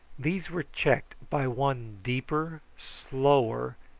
these were checked by one deeper, slower,